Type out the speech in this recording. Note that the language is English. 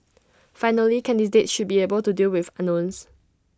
finally candidates should be able to deal with unknowns